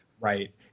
Right